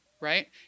right